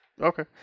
Okay